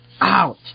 Ouch